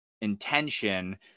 intention